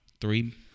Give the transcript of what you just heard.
Three